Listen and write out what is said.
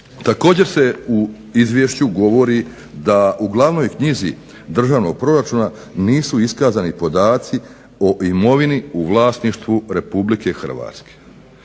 Također se u Izvješću govori da u Glavnoj knjizi Državnog proračuna nisu iskazani podaci o imovini u vlasništvu Republike Hrvatske.